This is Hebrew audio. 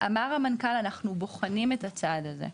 לא נוכל לעמוד מנגד בעניין הזה.